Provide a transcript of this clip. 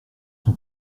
son